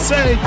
Say